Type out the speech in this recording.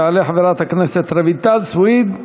תעלה חברת הכנסת רויטל סויד,